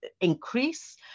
increase